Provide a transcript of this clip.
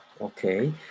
okay